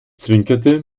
zwinkerte